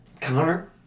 Connor